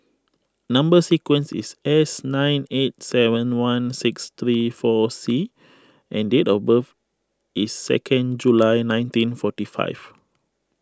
Number Sequence is S nine eight seven one six three four C and date of birth is second July nineteen forty five